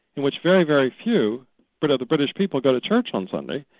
in which very, very few but of the british people go to church on sunday,